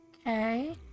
Okay